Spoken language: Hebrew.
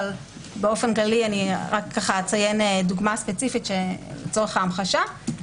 אבל אציין דוגמה ספציפית לצורך ההמחשה.